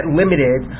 limited